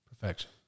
Perfection